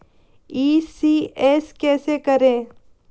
ECS कैसे करें?